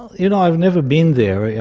you know, i've never been there,